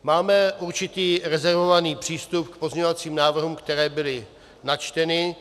Máme určitý rezervovaný přístup k pozměňovacím návrhům, které byly načteny.